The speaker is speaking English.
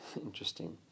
Interesting